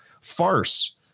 farce